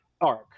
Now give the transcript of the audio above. arc